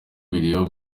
bireba